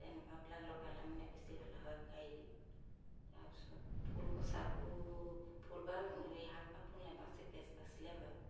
তেনেকুৱাবিলাক লগালে মানে বেছি ভাল হয় গাৰি তাৰপিছত ফুল বচাটো ফুল বা ৰিহাত বা ফুল নেবাচি কেচ বাচিলেও হয়